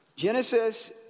Genesis